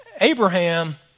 Abraham